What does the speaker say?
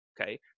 Okay